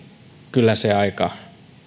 kyllä se aika